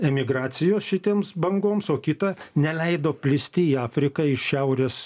emigracijos šitiems bangoms o kita neleido plisti į afriką iš šiaurės